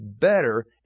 better